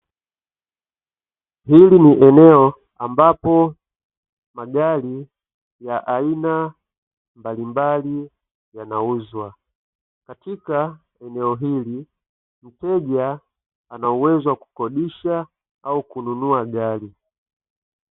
Hili ni eneo ambapo magari ya aina mbalimbali yanauzwa, katika eneo hili mteja anauwezo wa kukodisha au kununua gari.